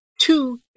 Two